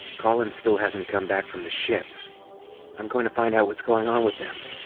collins still hasn't come back from the ship i'm going to find out what's going on with them.